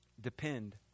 Depend